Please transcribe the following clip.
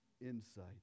insight